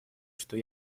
что